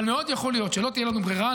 אבל מאוד יכול להיות שלא תהיה לנו ברירה,